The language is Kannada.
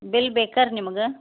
ಬಿಲ್ ಬೆಕಾರೆ ನಿಮ್ಗೆ